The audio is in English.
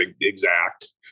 exact